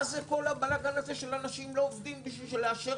מה זה כל הבלגן הזה שאנשים עובדים בשביל לאשר